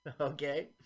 Okay